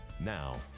Now